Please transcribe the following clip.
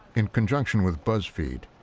in conjunction with buzzfeed,